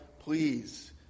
please